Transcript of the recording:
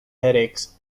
headaches